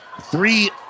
Three